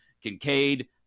Kincaid